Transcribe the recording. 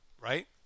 right